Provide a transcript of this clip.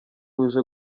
uje